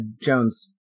Jones